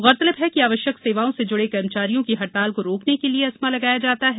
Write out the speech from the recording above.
गौरतलब है कि आवश्यक सेवाओं से जुड़े कर्मचारियों की हड़ताल को रोकने के लिए एस्मा लगाया जाता है